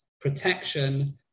protection